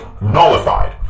nullified